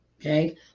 Okay